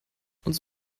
uns